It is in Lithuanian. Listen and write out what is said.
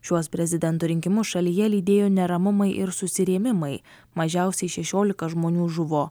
šiuos prezidento rinkimus šalyje lydėjo neramumai ir susirėmimai mažiausiai šešiolika žmonių žuvo